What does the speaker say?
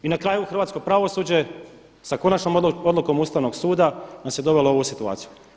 I na kraju, hrvatsko pravosuđe sa konačnom odlukom Ustavnog suda nas je dovelo u ovu situaciju.